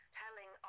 telling